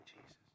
Jesus